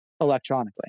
electronically